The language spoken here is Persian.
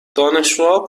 دانشجوها